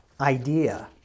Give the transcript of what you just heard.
idea